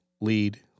Lead